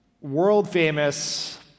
world-famous